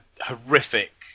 horrific